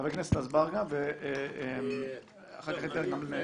חבר הכנסת אזברגה, ואחר כך אני אתן גם לך.